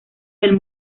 del